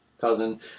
cousin